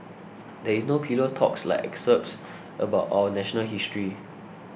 there is no pillow talk like excerpts about our national history